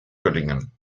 göttingen